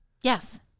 Yes